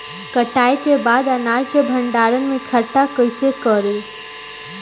कटाई के बाद अनाज के भंडारण में इकठ्ठा कइसे करी?